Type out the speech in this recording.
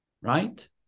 right